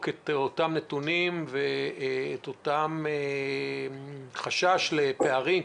את אותם נתונים ואת אותו חשש לפערים,